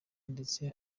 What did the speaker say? ndetse